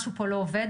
משהו פה לא עובד,